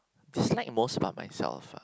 dislike most about myself ah